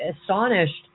astonished